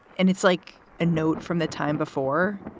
and it's like a note from the time before.